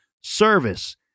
service